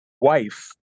wife